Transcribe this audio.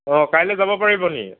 অ' কাইলৈ যাব পাৰিব নি